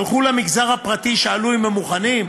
הלכו למגזר הפרטי, שאלו אם הם מוכנים?